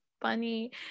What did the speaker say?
funny